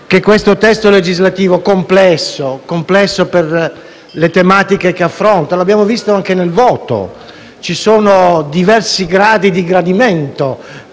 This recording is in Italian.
che il testo legislativo al nostro esame sia complesso per le tematiche che affronta. Come abbiamo visto anche nel voto, ci sono diversi gradi di gradimento